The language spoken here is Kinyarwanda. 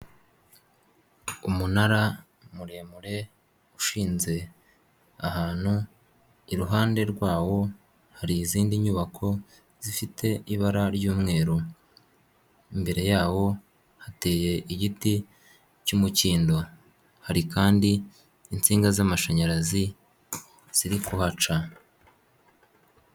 Umunara muremure ushinze ahantu iruhande rwawo hari izindi nyubako zifite ibara ry'umweru, imbere yawo hateye igiti cy'umukindo, hari kandi insinga z'amashanyarazi ziri kuhaca.